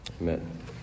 Amen